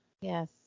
yes